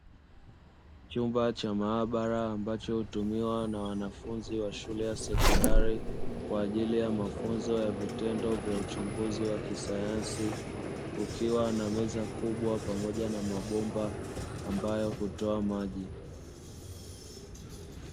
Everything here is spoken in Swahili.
Chumba cha maabara ambacho hutumiwa na wanafunzi wa shule ya sekondari kwa ajili ya mafunzo ya vitendo vya uchunguzi wa kisayansi, kukiwa na meza kubwa pamoja mabomba ambayo hutoa maji.